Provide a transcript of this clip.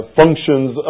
functions